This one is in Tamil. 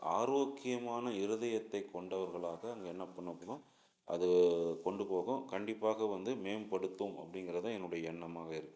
ஆரோக்கியமான இருதயத்தை கொண்டவர்களாக அங்கே என்ன பண்ணும் அப்புடினா அது கொண்டு போகும் கண்டிப்பாக வந்து மேம்படுத்தும் அப்டிங்கிறது தான் என்னுடைய எண்ணமாக இருக்குது